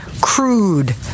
crude